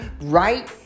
right